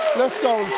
let's go